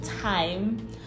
time